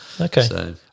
Okay